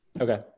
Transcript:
Okay